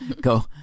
go